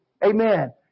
Amen